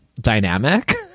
dynamic